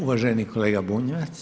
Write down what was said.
Uvaženi kolega Bunjac.